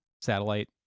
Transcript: satellite